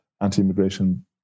anti-immigration